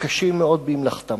מתקשות מאוד במלאכתן.